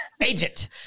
agent